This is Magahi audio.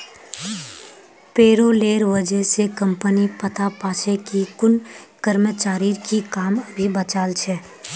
पेरोलेर वजह स कम्पनी पता पा छे कि कुन कर्मचारीर की काम अभी बचाल छ